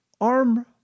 arm